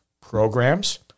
programs